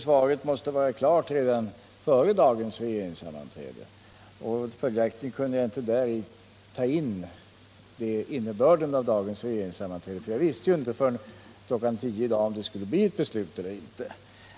Svaret måste vara klart redan före dagens regeringssammanträde, och följaktligen kunde jag inte i svaret ta med innebörden av dagens regeringsbeslut. Jag visste ju inte förrän kl. 10 i dag om det skulle bli ett beslut eller inte.